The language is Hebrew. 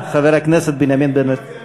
(חברת הכנסת חנין זועבי יוצאת מאולם המליאה.) בבקשה,